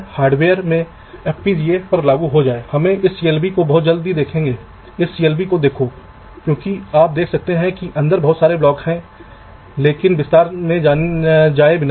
यहां मैं आवश्यकताओं के आधार पर कह रहा हूं जैसे मेरे पास एक परिदृश्य हो सकता है जैसे कि मेरे पास एक ब्लॉक है यह एक पूर्ण रीति है